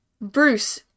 Bruce